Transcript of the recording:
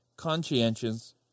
conscientious